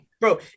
Bro